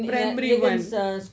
primary one